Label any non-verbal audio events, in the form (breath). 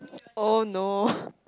oh no (breath)